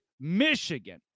Michigan